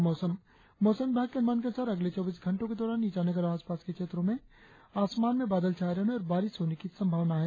और अब मौसम मौसम विभाग के अनुमान के अनुसार अगले चौबीस घंटो के दौरान ईटानगर और आसपास के क्षेत्रो में आसमान में बादल छाये रहने और बारिश होने की संभावना है